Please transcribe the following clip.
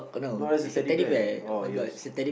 known as a Teddy Bear oh yes